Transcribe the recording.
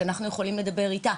שנוכל לדבר אתו,